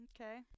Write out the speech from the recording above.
Okay